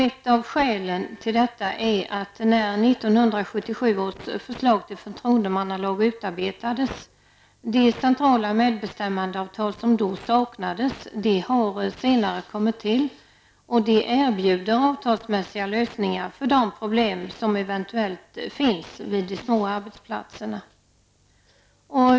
Ett av skälen härtill är att den centrala medbestämmandelag som tillkom med anledning av 1977 års förtroendemannalag erbjuder möjligheter till avtalsmässiga lösningar av de problem som eventuellt finns vid de små arbetsplatserna.